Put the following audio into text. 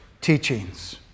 teachings